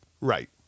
Right